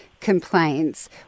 complaints